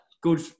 good